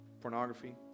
pornography